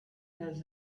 has